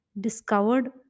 discovered